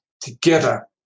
Together